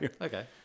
Okay